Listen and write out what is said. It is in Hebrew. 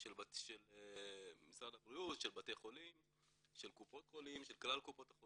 של משרד הבריאות, בתי חולים, קופות חולים,